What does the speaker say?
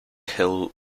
hill